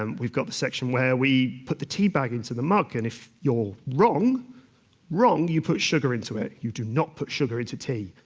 um we've got the section where we put the tea bag into the mug. and if you're wrong wrong you put sugar into it. you do not put sugar into tea.